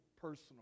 personal